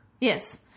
yes